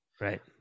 Right